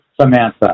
Samantha